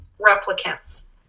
replicants